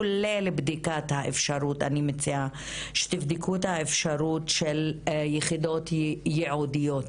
כולל בדיקת האפשרות ואני מציעה שתבדקו את האפשרות של יחידות ייעודיות